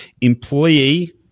Employee